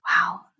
Wow